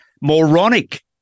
moronic